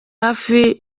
hafi